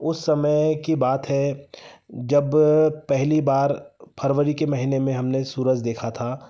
उस समय की बात है जब पहली बार फरवरी के महीने में हमने सूरज देखा था